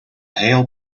hail